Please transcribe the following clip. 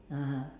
(uh huh)